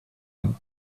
нам